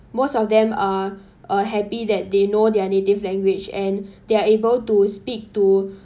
most of them uh uh happy that they know their native language and they're able to speak to